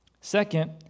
Second